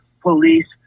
police